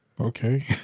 okay